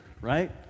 Right